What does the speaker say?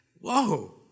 Whoa